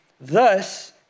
Thus